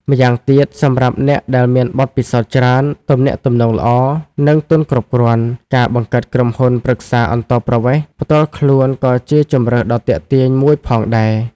ម្យ៉ាងទៀត សម្រាប់អ្នកដែលមានបទពិសោធន៍ច្រើន ទំនាក់ទំនងល្អ និងទុនគ្រប់គ្រាន់ ការបង្កើតក្រុមហ៊ុនប្រឹក្សាអន្តោប្រវេសន៍ផ្ទាល់ខ្លួនក៏ជាជម្រើសដ៏ទាក់ទាញមួយផងដែរ។